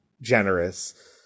generous